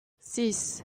six